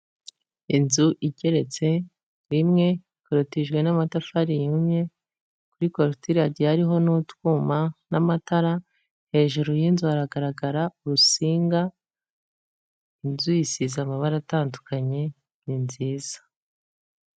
Inzu igeretse rimwe ikorotijwe n'amatafari yumye, kuri korotire hagiye hariho n'utwuma n'amatara, hejuru y'inzu haragaragara urusinga, inzu isize amabara atandukanye, ni nziza.